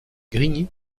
grigny